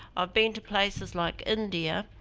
i've been to places like india,